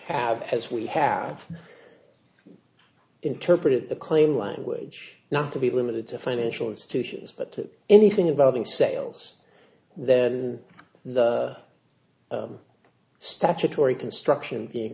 have as we have interpreted the claim language not to be limited to financial institutions but to anything about the sales then the statutory construction being